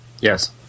Yes